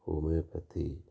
homeopathy